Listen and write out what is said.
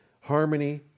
harmony